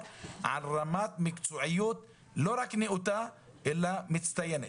על רמת מקצועיות לא רק נאותה אלא מצטיינת.